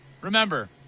Remember